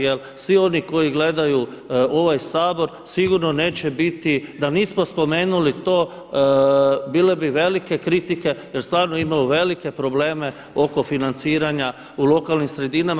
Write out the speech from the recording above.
Jer svi oni koji gledaju ovaj Sabor sigurno neće biti da nismo spomenuli to bile bi velike kritike, jer stvarno imaju velike probleme oko financiranja u lokalnim sredinama.